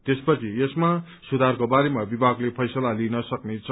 त्यसपछि यसमा सुधारको बारेमा विभागले फैसला लिन सक्नेछ